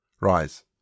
Rise